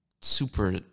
super